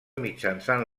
mitjançant